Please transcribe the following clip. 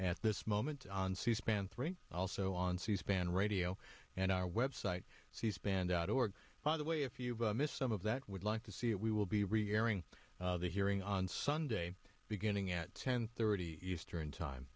at this moment on c span three also on c span radio and our web site cspan dot org by the way if you missed some of that would like to see it we will be repairing the hearing on sunday beginning at ten thirty eastern time